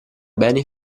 beni